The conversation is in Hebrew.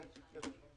כן, אני אבדוק את זה.